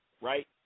right